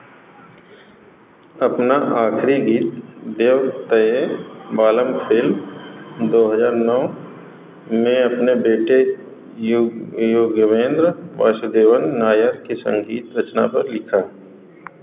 अपना आखिरी गीत देवतैये बालम फिल्म दो हज़ार नौ में अपने बेटे यू युगेवेंद्र वासुदेवन नायर की संगीत रचना पर लिखा